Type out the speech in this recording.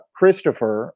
Christopher